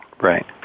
Right